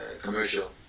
commercial